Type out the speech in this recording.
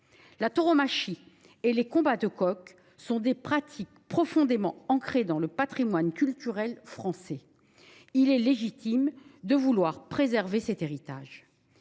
La tauromachie et les combats de coqs sont des pratiques profondément ancrées dans le patrimoine culturel français. Il est légitime de vouloir préserver cet héritage